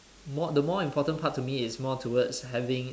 more the more important part to me is more towards having